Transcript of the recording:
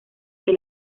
que